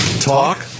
talk